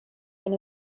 been